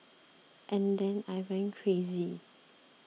and then I went crazy